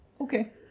Okay